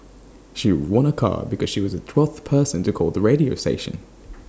she won A car because she was the twelfth person to call the radio station